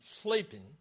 sleeping